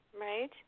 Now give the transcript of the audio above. Right